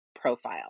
profile